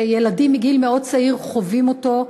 שילדים מגיל מאוד צעיר חווים אותו,